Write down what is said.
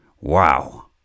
wow